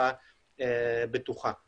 בפברואר, 2.